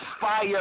fire